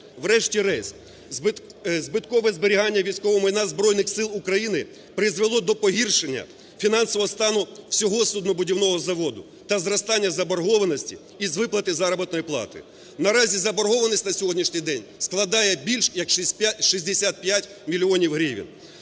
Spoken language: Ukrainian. Врешті-решт, збиткове зберігання військового майна Збройних Сил України призвело до погіршення фінансового стану всього суднобудівного заводу та зростання заборгованості із виплати заробітної плати. Наразі заборгованість на сьогоднішній день складає більш як 65 мільйонів